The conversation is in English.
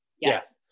Yes